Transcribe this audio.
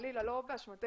חלילה לא באשמתך,